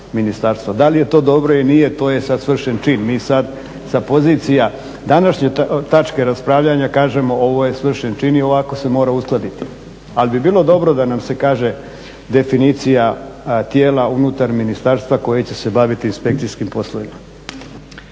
Da li je to dobro ili nije to je sad svršen čin. Mi sad sa pozicija današnje tačke raspravljanja kažemo ovo je svršen čin i ovako se mora uskladiti. Ali bi bilo dobro da nam se kaže definicija tijela unutar ministarstva koje će se baviti inspekcijskim poslovima.